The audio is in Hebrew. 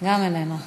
גם איננו.